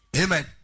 Amen